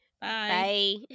Bye